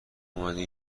اومدی